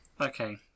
Okay